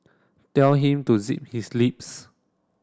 tell him to zip his lips